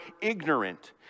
ignorant